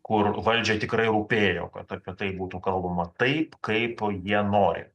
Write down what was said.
kur valdžiai tikrai rūpėjo kad apie tai būtų kalbama taip kaip jie nori